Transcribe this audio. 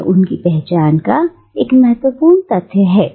यह उनकी पहचान का एक महत्वपूर्ण तथ्य है